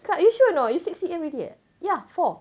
cakap you sure or not you six C_M already eh ya four